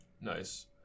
nice